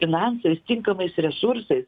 finansais tinkamais resursais